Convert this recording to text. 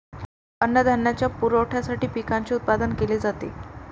अन्नधान्याच्या पुरवठ्यासाठी पिकांचे उत्पादन केले जाते